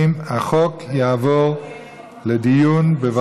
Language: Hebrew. (תיקון מס' 3) (אצילת סמכות היועץ המשפטי